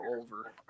over